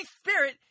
Spirit